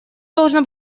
должно